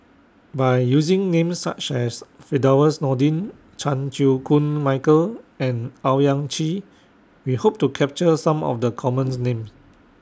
By using Names such as Firdaus Nordin Chan Chew Koon Michael and Owyang Chi We Hope to capture Some of The commons Names